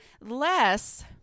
less